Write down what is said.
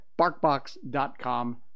BarkBox.com